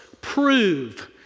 prove